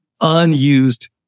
unused